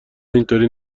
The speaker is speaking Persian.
اینطوری